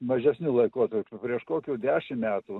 mažesniu laikotarpiu prieš kokių dešim metų